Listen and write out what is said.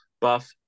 buff